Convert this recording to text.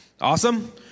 Awesome